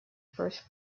first